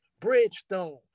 Bridgestone